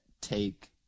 take